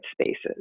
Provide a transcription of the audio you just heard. spaces